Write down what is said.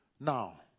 now